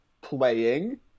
playing